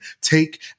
take